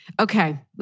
Okay